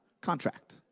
contract